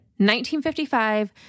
1955